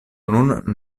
nun